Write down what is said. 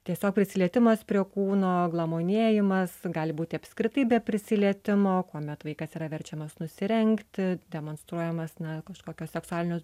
tiesiog prisilietimas prie kūno glamonėjimas gali būti apskritai be prisilietimo kuomet vaikas yra verčiamas nusirengti demonstruojamas na kažkokio seksualinio